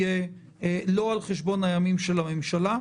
לא על חשבון הימים של הממשלה,